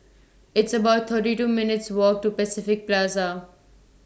It's about thirty two minutes' Walk to Pacific Plaza